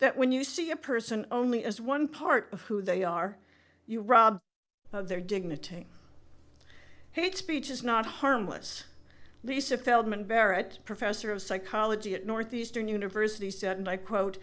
that when you see a person only is one part of who they are you robbed of their dignity hate speech is not harmless lisa feldmann barrett professor of psychology at northeastern university said and i quote